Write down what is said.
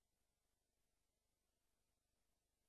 לעבור